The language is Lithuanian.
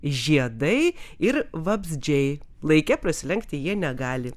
žiedai ir vabzdžiai laike prasilenkti jie negali